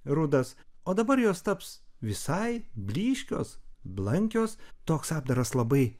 rudas o dabar jos taps visai blyškios blankios toks apdaras labai